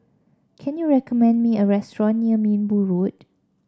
can you recommend me a restaurant near Minbu Road